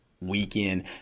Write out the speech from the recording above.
weekend